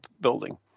building